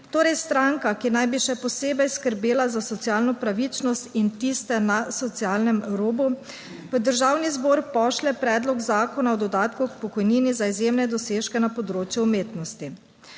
torej stranka, ki naj bi še posebej skrbela za socialno pravičnost in tiste na socialnem robu, v Državni zbor pošlje predlog zakona o dodatku k pokojnini za izjemne dosežke na področju umetnosti.